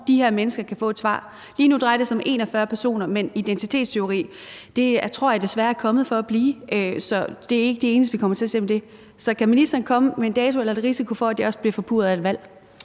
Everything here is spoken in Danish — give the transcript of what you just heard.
de her mennesker kan få et svar? Lige nu drejer det sig om 41 personer, men identitetstyveri tror jeg desværre er kommet for at blive. Så det er ikke det eneste, vi kommer til at se om det. Så kan ministeren komme med en dato, eller er der er en risiko for, at det også bliver forpurret af et valg?